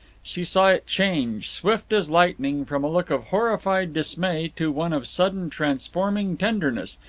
she saw it change, swift as lightning, from a look of horrified dismay to one of sudden transforming tenderness,